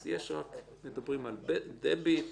אז מדברים על דביט,